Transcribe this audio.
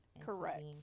Correct